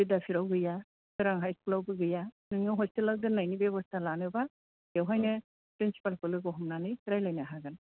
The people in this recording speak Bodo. बिद्दापिटयाव गैया सोरां हाइ स्कुलावबो गैया नोङो हस्टेलाव दोन्नायनि बेबस्था लानोबा बेवहायनो प्रिनसिपालखौ लोगो हमनानै रायलायनो हागोन